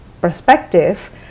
perspective